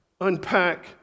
unpack